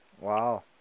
Wow